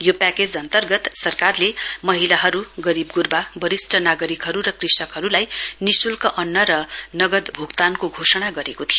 यो प्याकेज अन्तर्गत सरकारले महिलाहरू गरीब वरिष्ट नागरिकहरू र कृषकहरूलाई निशुल्क अन्न र नकद भूक्तानको घोषणा गरिको थियो